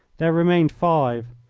there remained five,